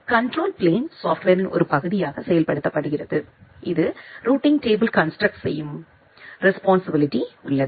control plane சாப்ட்வேர்ரின் ஒரு பகுதியாக செயல்படுத்தப்படுகிறது இது ரூட்டிங் டேபிள் கன்ஸ்டிரக்ட் செய்யும் ரெஸ்பான்சிபிலிட்டிஉள்ளது